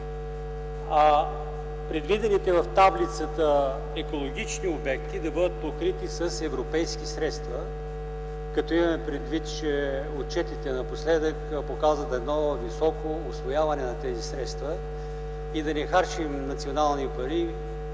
Предвидените в таблицата екологични обекти да бъдат покрити с европейски средства. Имаме предвид, че отчетите напоследък показват високо усвояване на тези средства. Да не харчим национални пари.